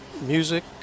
music